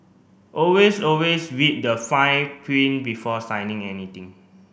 always always read the fine print before signing anything